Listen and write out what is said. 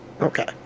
Okay